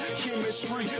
chemistry